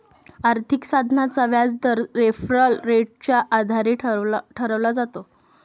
आर्थिक साधनाचा व्याजदर रेफरल रेटच्या आधारे ठरवला जातो